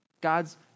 God's